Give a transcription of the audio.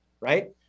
right